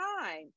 time